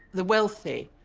the wealthy,